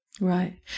Right